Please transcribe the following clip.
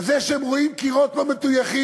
אז זה שהם רואים קירות לא מטויחים,